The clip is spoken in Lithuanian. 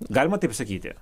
galima taip sakyti